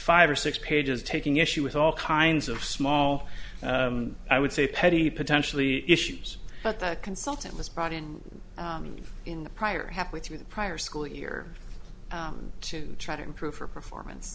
five or six pages taking issue with all kinds of small i would say petty potentially issues but that consultant was brought in in the prior halfway through the prior school year to try to improve her performance